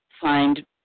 find